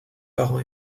parent